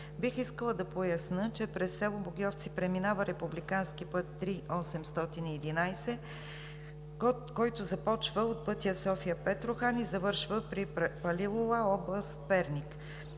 Бих искала да поясня, че през село Богьовци преминава републикански път ІІІ-811, който започва от пътя София – Петрохан и завършва при Палилула, област Перник.